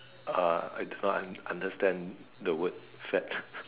uh I cannot understand the word fad